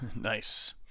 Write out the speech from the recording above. nice